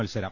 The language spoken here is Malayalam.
മത്സരം